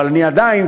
אבל אני עדיין,